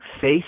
face